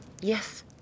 Yes